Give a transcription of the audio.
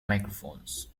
microphones